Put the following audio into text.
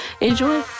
Enjoy